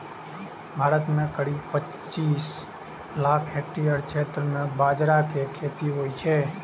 भारत मे करीब पचासी लाख हेक्टेयर क्षेत्र मे बाजरा के खेती होइ छै